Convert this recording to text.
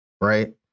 Right